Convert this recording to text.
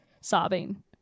sobbing